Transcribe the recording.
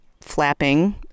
flapping